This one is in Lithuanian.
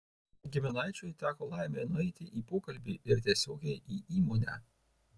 giminaičiui teko laimė nueiti į pokalbį ir tiesiogiai į įmonę